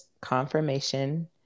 confirmation